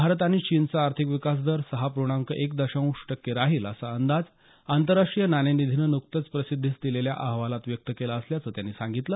भारत आणि चीनचा आर्थिक विकास दर सहा पूर्णांक एक दशांश टक्के राहील असा अंदाज आंतरराष्ट्रीय नाणेनिधीनं नुकतेच प्रसिद्धीस दिलेल्या अहवालात व्यक्त केला असल्याचं त्यांनी सांगितलं